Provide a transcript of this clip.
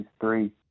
three